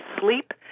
sleep